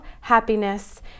happiness